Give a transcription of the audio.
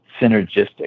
synergistic